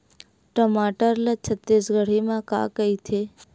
टमाटर ला छत्तीसगढ़ी मा का कइथे?